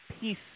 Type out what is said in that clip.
peace